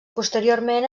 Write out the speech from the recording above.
posteriorment